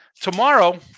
tomorrow